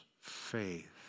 faith